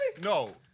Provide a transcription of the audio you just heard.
No